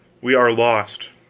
we are lost.